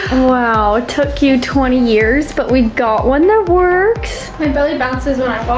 wow, it took you twenty years, but we got one that works. my belly bounces when i